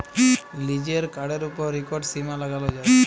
লিজের কাড়ের উপর ইকট সীমা লাগালো যায়